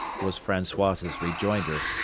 was francois's rejoinder.